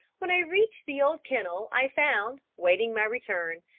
when i reached the old kennel i found, waiting my return,